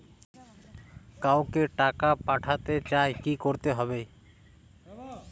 কাউকে টাকা পাঠাতে চাই কি করতে হবে?